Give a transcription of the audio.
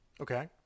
Okay